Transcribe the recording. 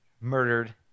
murdered